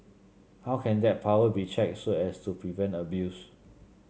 how can that power be checked so as to prevent abuse